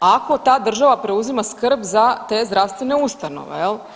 ako ta Država preuzima skrb za te zdravstvene ustanove.